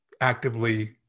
actively